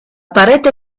parete